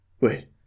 wait